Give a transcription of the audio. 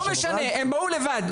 לא משנה, אז הם באו לבד.